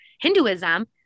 Hinduism